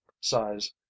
size